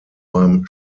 beim